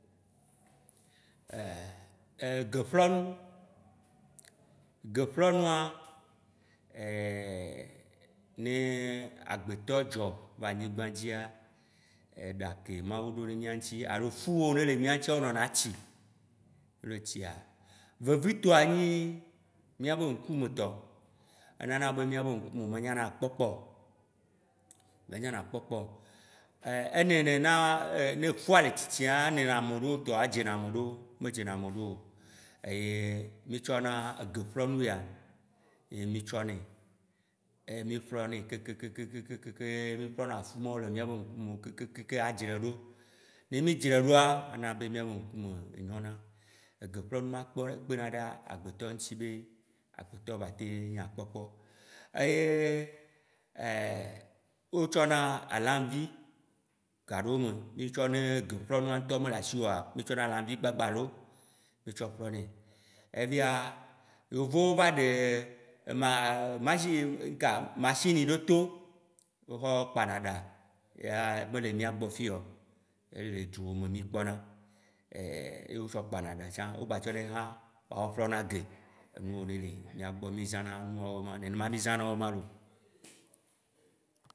Geƒlɔ, Geƒlɔnua ne agbetɔ dzɔ va anyigba eɖa ke mawu ɖo ɖe mìa ŋti alo fu yiwo le mìa ŋtia wo nɔna tsi, nele tsia. Vevitɔ miabe nkumetɔ enana be mìabe ŋkume me nyana kpɔkpɔ, me nyana kpɔkpɔ. eli nenea ne fua le tsitsi ma, enɔnɛ edzena ameɖewo, me dzena ameɖewo ameɖewo. Ye mì tsɔna egeƒlɔnu ya, ye mì tsɔnɛ, ye mì ƒlɔnɛ kekeŋ kekeŋ kekeŋ kekeŋ ye mì ƒlɔna efu mawo le mìabe ŋkume kekeŋ kekeŋ adzrae ɖo, ne midzrae ɖoa, ana be mìabe ŋkume nyona. Egeƒlɔnu ma, kpena ɖe agbetɔ ŋti be agbetɔ batem nya kpɔkpɔ. Eye wotsɔna alamvi gaɖewome mìtsɔnɛ ne geƒlɔnu ŋtɔ me le asiwò oa, mitsɔna lãmvi gbagbalo, mìtsɔ ƒlɔ nɛ. Evia Yovowo va ɖe ma- machini ga- machini ɖe to wotsɔ kpana ɖa, ya mele mìa gbɔ fiya o, ele duwo me mìkpɔna, ye wo tsɔ kpanɖa, wo gba tsɔ ye hã xɔ ƒlɔna ge. Enuwo ne le mìa gbɔ mìzãna, nenema mì zãna woe ma loo.